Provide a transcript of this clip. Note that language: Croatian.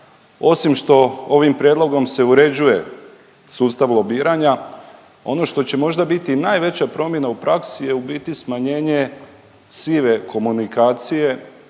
Osim što ovim prijedlogom se uređuje sustav lobiranja, ono što će možda biti najveća promjena u praksi je u biti smanjenje sive komunikacije